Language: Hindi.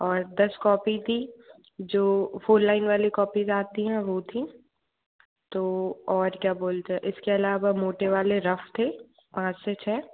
और दस कॉपी ती जो फ़ुल लाइन वाली कॉपीज़ आती हैं वो थी तो और क्या बोलते है इसके अलावा मोटे वाले रफ़ थे पाँच से छः